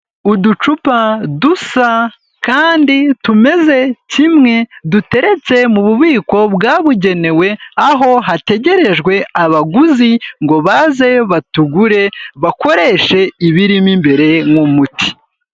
Uducupa dusa kandi tumeze kimwe duteretse mu bubiko bwabugenewe, aho hategerejwe abaguzi ngo baze batugure bakoreshe ibirimo imbere nk'umuti.